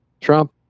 Trump